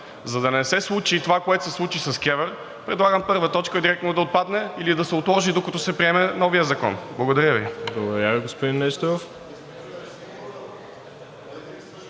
За да не се случи това, което се случи с КЕВР предлагам т. 1 директно да отпадне или да се отложи, докато се приеме новият закон. Благодаря Ви.